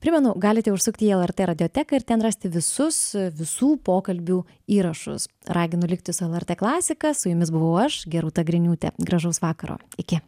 primenu galite užsukti į lrt radioteką ir ten rasti visus visų pokalbių įrašus raginu likti su lrt klasika su jumis buvau aš gi gerūta griniūtė gražaus vakaro iki